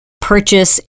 purchase